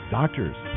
doctors